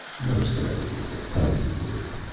mercenary is a kinder word.